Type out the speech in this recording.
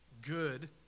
Good